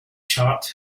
chart